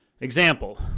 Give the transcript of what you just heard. example